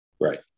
Right